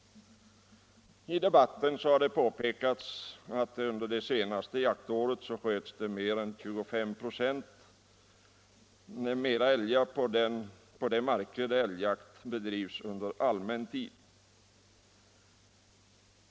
I debatten har det påpekats att under det senaste jaktåret sköts det över 25 96 mer älgar på de marker där älgjakt bedrivs under allmän jakttid.